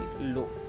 low